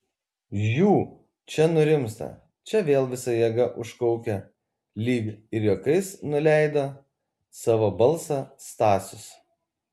žiū čia nurimsta čia vėl visa jėga užkaukia lyg ir juokais nuleido savo balsą stasius